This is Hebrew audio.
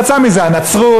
יצאה מזה הנצרות,